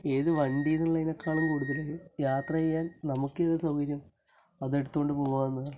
ഏത് വണ്ടി എന്നുള്ളതിനേക്കാളും കൂടുതൽ യാത്ര ചെയ്യാൻ നമുക്ക് ഏതാണ് സൗകര്യം അത് എടുത്തു കൊണ്ട് പോവാമെന്ന്